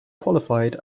qualified